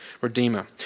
Redeemer